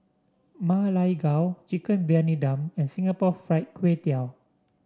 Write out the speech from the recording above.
Ma Lai Gao Chicken Briyani Dum and Singapore Fried Kway Tiao